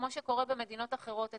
כמו שקורה במדינות אחרות,